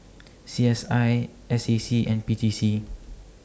C S I S A C and P T C